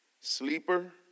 sleeper